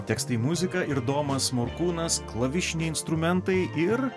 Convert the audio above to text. tekstai muzika ir domas morkūnas klavišiniai instrumentai ir